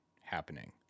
happening